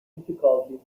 difficulties